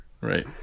right